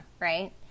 right